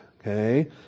Okay